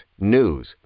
news